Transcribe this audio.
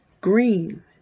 green